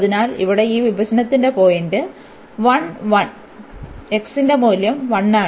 അതിനാൽ ഇവിടെ ഈ വിഭജനത്തിന്റെ പോയിന്റ് 11 x ന്റെ മൂല്യം 1 ആണ്